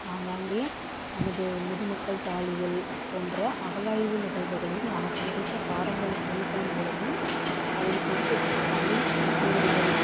ஆங்காங்கே நமது முதுமக்கள் தாழிகள் போன்ற அகழாய்வு நிகழ்வுகளில் நமக்கு கிடைத்த பாரம்பரிய பொருள்கள் மூலமும் அதில் பொறிக்கப்பட்ட தமிழ் செப்பேடுகள்